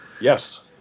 Yes